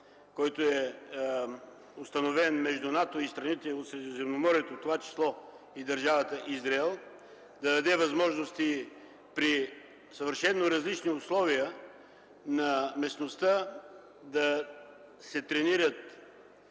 който е установен между НАТО и страните от Средиземноморието, в това число и Държавата Израел, да се дадат възможности при съвършено различни условия на местността да се тренират